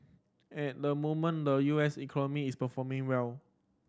at the moment the U S economy is performing well